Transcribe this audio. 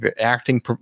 acting